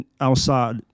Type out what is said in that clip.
outside